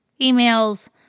emails